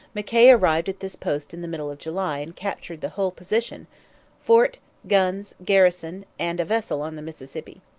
mckay arrived at this post in the middle of july and captured the whole position fort, guns, garrison, and a vessel on the mississippi.